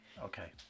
okay